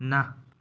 न